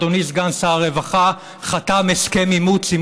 אדוני סגן שר הרווחה חתם על הסכם אימוץ עם